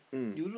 mm